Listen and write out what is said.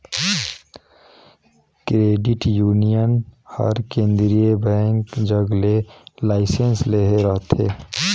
credit union हर केंद्रीय bank जग ले लाइसेंस लेहे रहथे